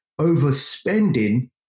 overspending